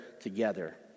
together